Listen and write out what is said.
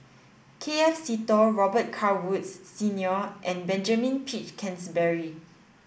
K F Seetoh Robet Carr Woods Senior and Benjamin Peach Keasberry